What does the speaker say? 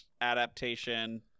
adaptation